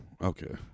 Okay